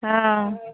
हँ